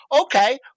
okay